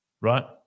right